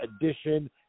edition